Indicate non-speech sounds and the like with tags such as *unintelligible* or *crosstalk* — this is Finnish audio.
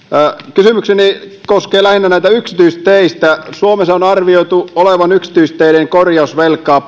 kysymykseni koskee lähinnä näitä yksityisteitä suomessa on arvioitu olevan yksityisteiden korjausvelkaa *unintelligible*